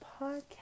podcast